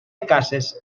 cases